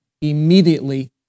immediately